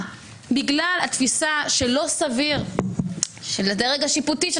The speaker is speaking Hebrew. בגלל התפיסה שלא סביר שלדרג השיפוטי,